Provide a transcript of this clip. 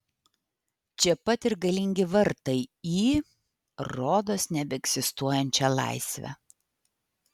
čia pat ir galingi vartai į rodos nebeegzistuojančią laisvę